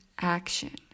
action